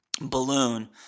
balloon